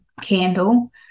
candle